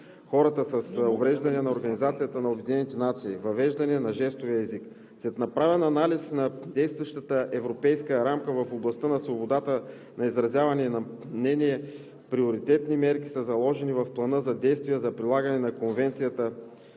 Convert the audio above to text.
хората с увреждания на ООН – „Въвеждане на жестовия език“. След направен анализ на действащата европейска рамка в областта на свободата на изразяване и на мнения приоритетните мерки са заложени в Плана за действие за прилагане на Конвенцията,